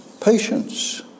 Patience